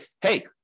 hey